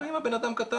גם אם הבן אדם כתב,